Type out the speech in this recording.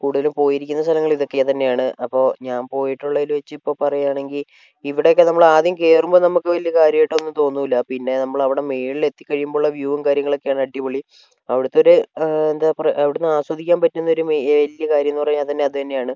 കൂടുതലും പോയിരിക്കുന്നത് സ്ഥലങ്ങൾ ഇതൊക്കെയാണ് ഇത് തന്നെയാണ് അപ്പോൾ ഞാൻ പോയിട്ടുള്ളതിൽ വെച്ച് ഇപ്പോൾ പറയുകയാണെങ്കിൽ ഇവിടെയൊക്കെ നമ്മള് ആദ്യം കയറുമ്പോൾ നമുക്ക് വലിയ കാര്യമായിട്ടൊന്നും തോന്നുകയില്ല പിന്നെ നമ്മൾ അവിടെ മുകളിൽ എത്തി കഴിയുമ്പോൾ ഉള്ള വ്യൂ വും കാര്യങ്ങളൊക്കെയാണ് നല്ല അടിപൊളി അവിടുത്തെ ഒരു എന്തപറയുവാ അവിടുന്ന് ആസ്വദിക്കാൻ പറ്റുന്ന ഒരു മെ വലിയ കാര്യമെന്ന് പറഞ്ഞാൽ അത് തന്നെ അത് തന്നെയാണ്